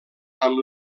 amb